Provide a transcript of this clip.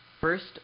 First